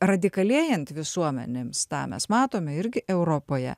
radikalėjant visuomenėms tą mes matome irgi europoje